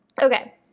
Okay